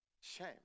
Shame